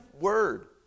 word